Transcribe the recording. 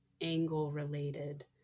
angle-related